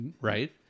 right